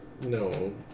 No